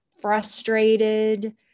frustrated